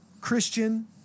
Christian